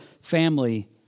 family